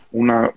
una